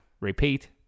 repeat